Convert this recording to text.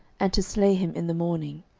and to slay him in the morning